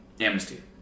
amnesty